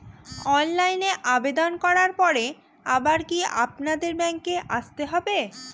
অনলাইনে আবেদন করার পরে আবার কি আপনাদের ব্যাঙ্কে আসতে হবে?